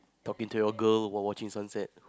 talking to your girl while watching sunset